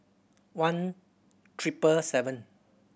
one triple seven